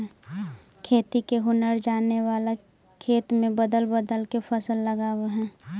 खेती के हुनर जाने वाला खेत में बदल बदल के फसल लगावऽ हइ